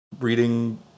reading